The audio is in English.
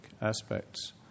aspects